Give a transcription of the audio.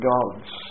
God's